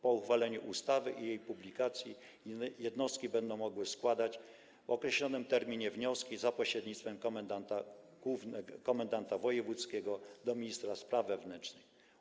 Po uchwaleniu ustawy i jej publikacji jednostki będą mogły składać w określonym terminie wnioski, za pośrednictwem komendanta wojewódzkiego, do ministra spraw wewnętrznych.